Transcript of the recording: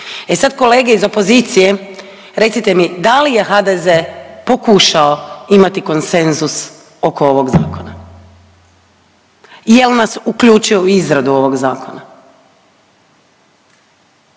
E sad kolege iz opozicije recite mi da li je HDZ pokušao imati konsenzus oko ovog zakona? Jel nas uključio u izradu ovog zakona?